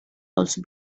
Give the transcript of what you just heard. also